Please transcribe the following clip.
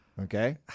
okay